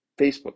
Facebook